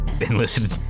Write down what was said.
enlisted